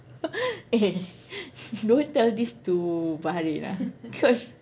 eh don't tell this to Farid ah cause